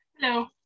Hello